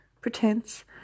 pretense